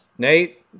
Nate